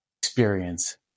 experience